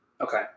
Okay